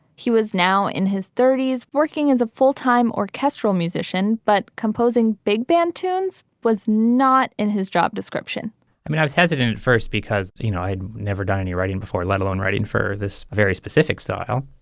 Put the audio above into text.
he was now in his thirty s, working as a full time orchestral musician. but composing big band tunes was not in his job description i mean, i was hesitant at first because, you know, i had never done any writing before, let alone writing for this very specific style.